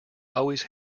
always